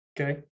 Okay